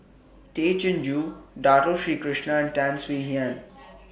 Tay Chin Joo Dato Sri Krishna and Tan Swie Hian